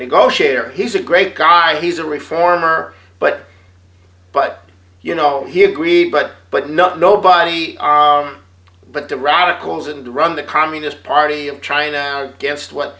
negotiator he's a great guy he's a reformer but but you know he agreed but but not nobody but the radicals and run the communist party of china against what